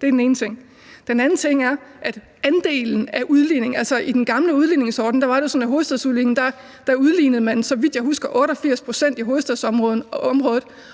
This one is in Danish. Det er den ene ting. Den anden ting er i forhold til andelen af udligningen. I den gamle udligningsordning var det jo sådan, at man, så vidt jeg husker, udlignede 88 pct. i hovedstadsområdet